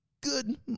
Good